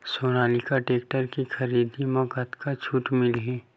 Sonalika tractor के खरीदी मा कतका छूट मीलही?